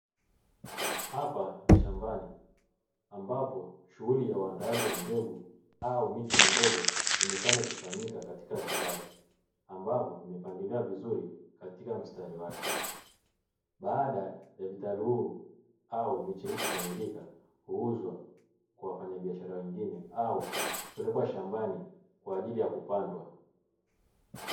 Hapa ni shambani ambapo shughuli ya uandaaji wa mbegu au miche midogo huonekana ikifanyika katika vitalu ambavyo vimepangiliwa vizuri katika mstari wake, baada ya vitalu hivi au miche hii kukamilika huuzwa kwa wafanyabiashara wengine au hupelekwa shambani kwaajili ya kupandwa.